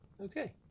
okay